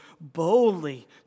boldly